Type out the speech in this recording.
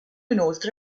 inoltre